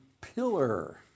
pillar